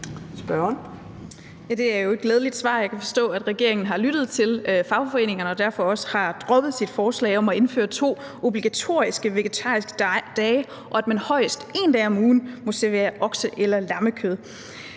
Det er jo et glædeligt svar, og jeg kan forstå, at regeringen har lyttet til fagforeningerne og derfor også har droppet sit forslag om at indføre to obligatoriske vegetariske dage, og at man højst én dag om ugen må servere okse- eller lammekød.